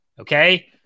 okay